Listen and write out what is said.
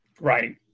Right